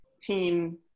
team